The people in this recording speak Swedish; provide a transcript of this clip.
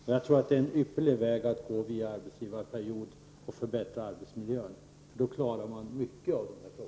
Arbetsgivarperiod är en ypperlig väg att gå för att förbättra arbetsmiljön, och då klarar vi många av dessa frågor.